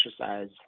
exercise